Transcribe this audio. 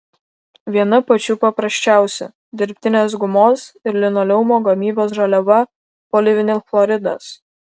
viena pačių paprasčiausių dirbtinės gumos ir linoleumo gamybos žaliava polivinilchloridas